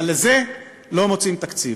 אבל לזה לא מוצאים תקציב.